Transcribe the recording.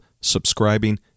subscribing